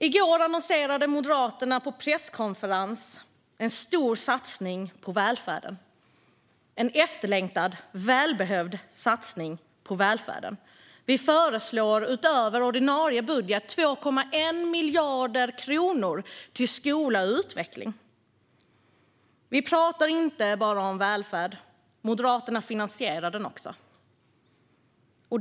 I går annonserade Moderaterna på sin presskonferens en stor satsning på välfärden - en efterlängtad och välbehövlig satsning. Vi föreslår utöver ordinarie budget 2,1 miljarder kronor till skola och utveckling. Moderaterna pratar inte bara om välfärd; vi finansierar den också.